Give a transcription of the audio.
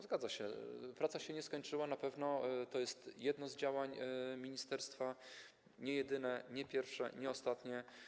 Zgadza się, praca się nie skończyła, na pewno jest to jedno z działań ministerstwa - nie jedyne, nie pierwsze, nie ostatnie.